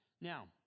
Now